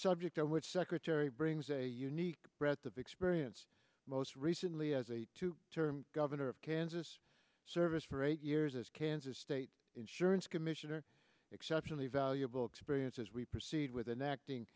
subject of which secretary brings a unique breadth of experience most recently as a two term governor of kansas service for eight years as kansas state insurance commissioner exceptionally valuable experience as we proceed with an acting